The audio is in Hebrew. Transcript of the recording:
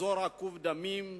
אזור עקוב דמים.